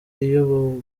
iyo